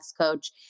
coach